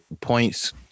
points